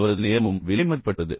எனவே அவரது நேரமும் விலைமதிப்பற்றது